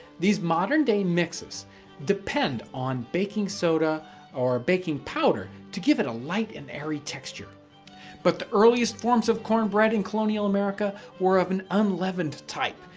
these modern day mixes depend on baking soda or baking powder to give it a light and airy texture but the earliest forms of cornbread in colonial america were of an unleavened type,